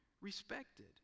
respected